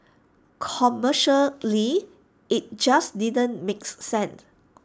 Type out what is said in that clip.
commercially IT just didn't makes sense